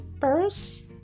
first